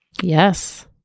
Yes